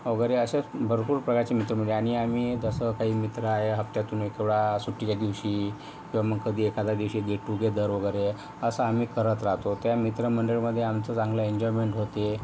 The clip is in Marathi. वगैरे असे भरपूर प्रकारचे मित्रमंडळी आहे आम्ही तसं काही मित्र आहे हप्त्यातून एक वेळा सुट्टीच्या दिवशी तर मग कधी एखाद्या दिवशी गेटटुगेदर वगैरे असं आम्ही करत राहतो त्या मित्रमंडळीमधे आमचं चांगलं एंजॉयमेंट होते